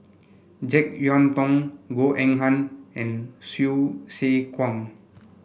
JeK Yeun Thong Goh Eng Han and Hsu Tse Kwang